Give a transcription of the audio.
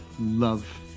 love